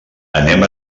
anem